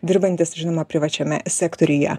dirbantys žinoma privačiame sektoryje